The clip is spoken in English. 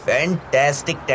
Fantastic